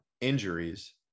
injuries